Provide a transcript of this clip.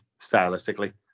stylistically